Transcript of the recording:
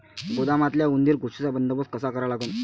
गोदामातल्या उंदीर, घुशीचा बंदोबस्त कसा करा लागन?